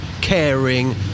caring